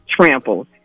trampled